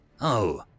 Oh